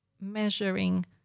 measuring